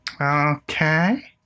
okay